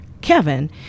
Kevin